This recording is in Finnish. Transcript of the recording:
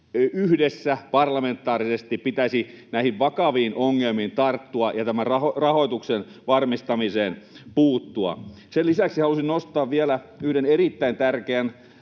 yhdessä parlamentaarisesti pitäisi näihin vakaviin ongelmiin tarttua ja tämän rahoituksen varmistamiseen puuttua. Sen lisäksi haluaisin nostaa vielä yhden erittäin tärkeän